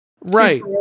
Right